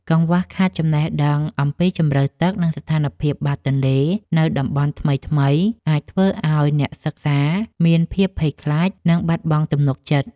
កង្វះខាតចំណេះដឹងអំពីជម្រៅទឹក និងស្ថានភាពបាតទន្លេនៅតំបន់ថ្មីៗ អាចធ្វើឱ្យអ្នកសិក្សាមានភាពភ័យខ្លាច និងបាត់បង់ទំនុកចិត្ត។